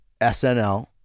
SNL